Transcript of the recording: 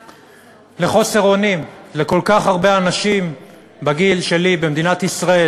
לחוסר אונים לכל כך הרבה אנשים בגיל שלי במדינת ישראל,